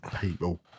people